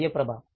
बाह्य प्रभाव